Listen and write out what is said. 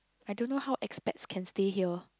I don't know how expats can stay here